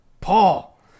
Paul